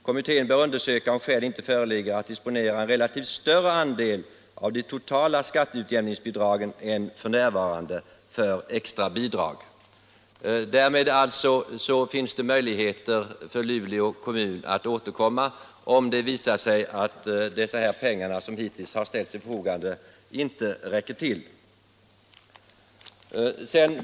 Kommittén bör undersöka om skäl inte föreligger att disponera en relativt större andel av de totala skatteutjämningsbidragen än f.n. för extra bidrag. Därmed finns det alltså möjligheter för Luleå kommun att återkomma, om det visar sig att de pengar som hittills har ställts till förfogande inte räcker till.